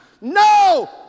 No